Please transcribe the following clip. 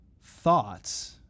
thoughts